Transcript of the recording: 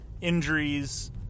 injuries